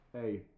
Hey